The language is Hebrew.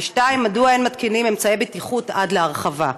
2. מדוע אין מתקינים אמצעי בטיחות עד להרחבה?